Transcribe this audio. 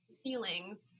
Feelings